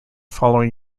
following